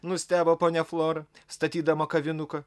nustebo ponia flora statydama kavinuką